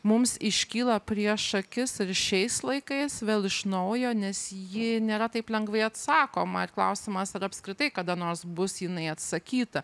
mums iškyla prieš akis ir šiais laikais vėl iš naujo nes ji nėra taip lengvai atsakoma ir klausimas ar apskritai kada nors bus jinai atsakyta